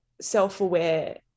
self-aware